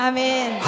Amen